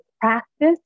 practice